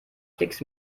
klicks